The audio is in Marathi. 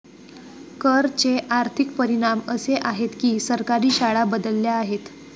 कर चे आर्थिक परिणाम असे आहेत की सरकारी शाळा बदलल्या आहेत